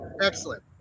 Excellent